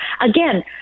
again